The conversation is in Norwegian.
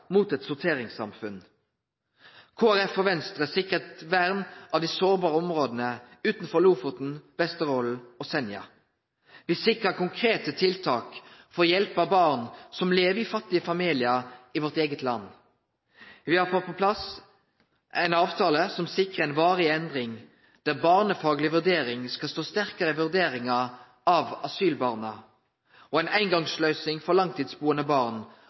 mot eit sorteringssamfunn. Kristeleg Folkparti og Venstre har sikra eit vern av dei sårbare områda utanfor Lofoten, Vesterålen og Senja. Me har sikra konkrete tiltak for å hjelpe barn som lever i fattige familiar i vårt eige land. Me har fått på plass ein avtale som sikrar ei varig endring, der barnefagleg vurdering skal stå sterkare i vurderinga av asylbarna, og ei eingongsløysing for langtidsbuande barn